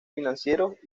financieros